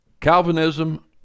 Calvinism